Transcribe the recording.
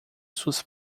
suas